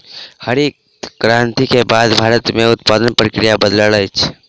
हरित क्रांति के बाद भारत में उत्पादन प्रक्रिया बदलल अछि